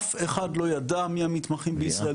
אף אחד לא ידע מי המתמחים בישראל,